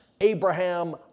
Abraham